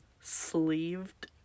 sleeved